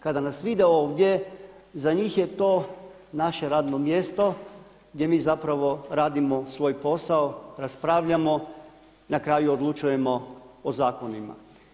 Kada nas vide ovdje, za njih je to naše radno mjesto gdje mi zapravo radimo svoj posao, raspravljamo, na kraju odlučujemo o zakonima.